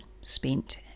spent